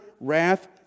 wrath